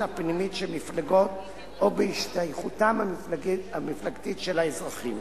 הפנימית של מפלגות או בהשתייכותם המפלגתית של האזרחים.